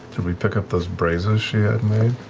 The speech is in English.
did we pick up those bracers she had made?